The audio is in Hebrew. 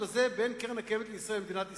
בין קרן קיימת לישראל ומדינת ישראל.